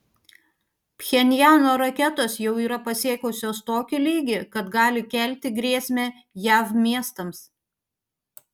pchenjano raketos jau yra pasiekusios tokį lygį kad gali kelti grėsmę jav miestams